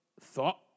thought